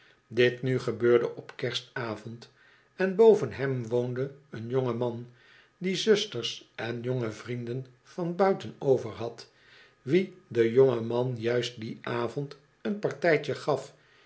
dit nu gebeurde op kerstavond en boven hem woonde een jonge man die zusters en jonge vrienden van buiten over had wien de jonge man juist dien avond een partijtje gaf